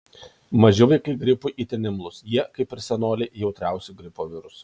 maži vaikai gripui itin imlūs jie kaip ir senoliai jautriausi gripo virusui